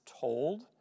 told